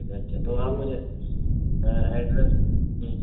ٹھیک ہے اچھا تو آپ مجھے ایڈریس جی